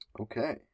Okay